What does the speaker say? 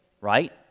right